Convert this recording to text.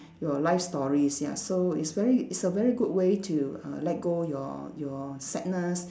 your life stories ya so it's very it's a very good way to uh let go your your sadness